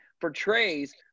portrays